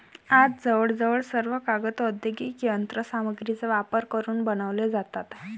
आज जवळजवळ सर्व कागद औद्योगिक यंत्र सामग्रीचा वापर करून बनवले जातात